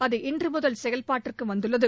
அது இன்று முதல் செயல்பாட்டிற்கு வந்துள்ளது